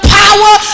power